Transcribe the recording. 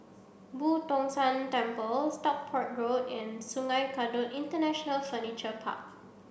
Boo Tong San Temple Stockport Road and Sungei Kadut International Furniture Park